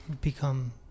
become